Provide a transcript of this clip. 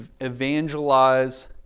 evangelize